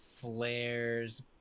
flares